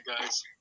guys